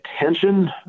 attention